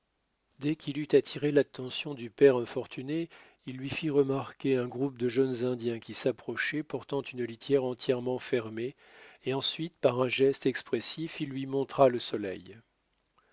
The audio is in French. dès qu'il eut attiré l'attention du père infortuné il lui fit remarquer un groupe de jeunes indiens qui s'approchaient portant une litière entièrement fermée et ensuite par un geste expressif il lui montra le soleil